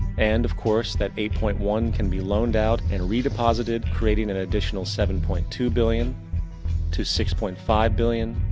and, of course, that eight point one can be loaned out and redeposited creating an additional seven point two billion to six point five billion.